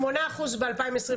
8% ב-2022?